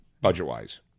Budget-wise